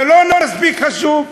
זה לא מספיק חשוב,